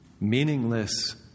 Meaningless